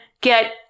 get